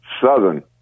Southern